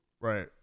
Right